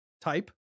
type